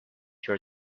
your